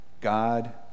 God